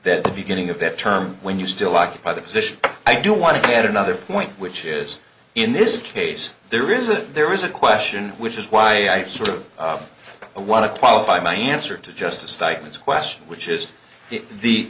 that the beginning of that term when you still occupy the position i do want to add another point which is in this case there is a there is a question which is why i sort of want to qualify my answer to just a statement question which is the